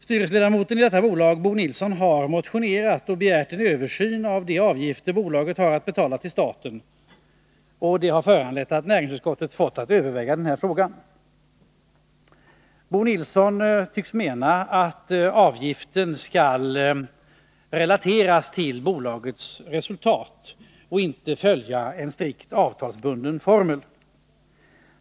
Styrelseledamoten i detta bolags styrelse, Bo Nilsson, har motionerat om en översyn av de avgifter bolaget har att betala till staten, och det har föranlett att näringsutskottet fått att överväga denna fråga. Bo Nilsson tycks mena att avgiften skall relateras till bolagets resultat, och inte följa en strikt avtalsbunden formel.